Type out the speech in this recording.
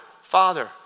Father